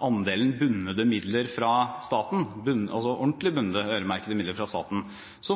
andelen ordentlige bundne, øremerkede midler fra staten,